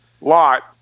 lot